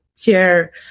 share